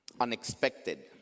Unexpected